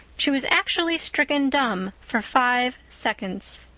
she was actually stricken dumb for five seconds.